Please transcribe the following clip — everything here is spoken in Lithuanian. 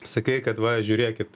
sakai kad va žiūrėkit